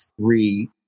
three